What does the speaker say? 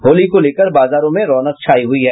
होली को लेकर बाजारों में रौनक छायी हुई है